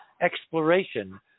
exploration